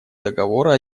договора